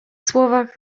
słowach